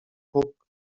puk